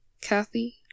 Kathy